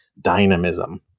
dynamism